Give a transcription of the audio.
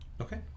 Okay